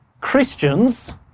Christians